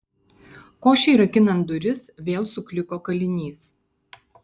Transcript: košei rakinant duris vėl sukliko kalinys